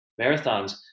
marathons